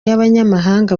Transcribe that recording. y’abanyamahanga